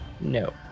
No